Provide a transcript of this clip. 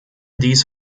dies